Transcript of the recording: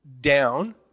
down